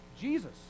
Jesus